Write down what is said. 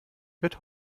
wird